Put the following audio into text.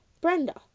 Brenda